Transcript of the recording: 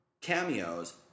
Cameos